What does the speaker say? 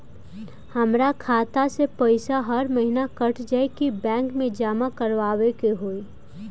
हमार खाता से पैसा हर महीना कट जायी की बैंक मे जमा करवाए के होई?